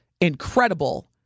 incredible